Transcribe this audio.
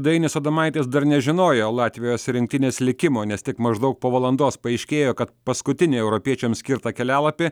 dainius adomaitis dar nežinojo latvijos rinktinės likimo nes tik maždaug po valandos paaiškėjo kad paskutinė europiečiams skirtą kelialapį